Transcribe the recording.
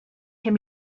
can